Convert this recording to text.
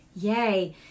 Yay